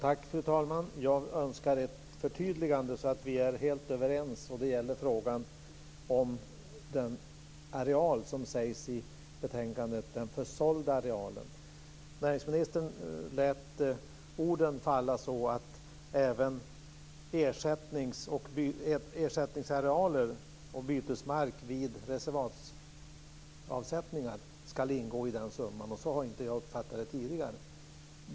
Fru talman! Jag önskar ett förtydligande, så att vi är helt överens. Det gäller frågan om den areal som nämns i betänkandet - den försålda arealen. Näringsministern lät orden falla så att även ersättningsarealer och bytesmark vid reservatsavsättningar ska ingå i den summan. Så har inte jag uppfattat det tidigare.